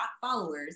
followers